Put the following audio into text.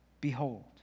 Behold